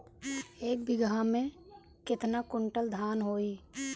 एक बीगहा में केतना कुंटल धान होई?